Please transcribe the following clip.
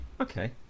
Okay